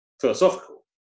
philosophical